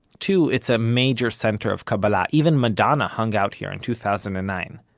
two. it's a major center of kabbalah even madonna hung out here in two thousand and nine.